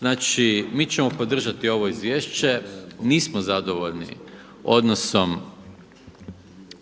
Znači, mi ćemo podržati ovo izvješće. Nismo zadovoljni odnosom